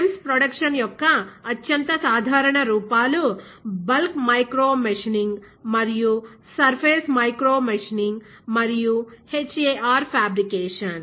MEMS production యొక్క అత్యంత సాధారణ రూపాలు బల్క్ మైక్రో మషినింగ్ మరియు సర్ఫేస్ మైక్రో మషినింగ్ మరియు HAR ఫాబ్రికేషన్